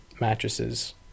mattresses